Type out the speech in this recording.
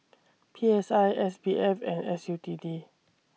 P S I S B F and S U T D